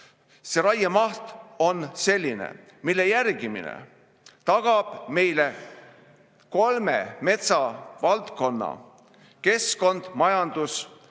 [arvates] selline, mille järgimine tagab meile kolme metsavaldkonna, keskkonna, majanduse